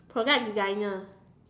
product designer